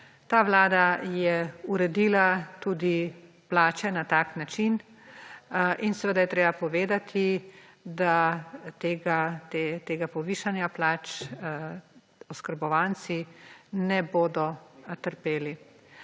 Ta vlada je uredila tudi plače na tak način. In seveda je treba povedati, da tega povišanja plač oskrbovanci ne bodo trpeli.